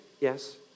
yes